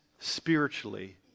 Spiritually